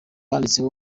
handitseho